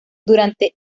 durante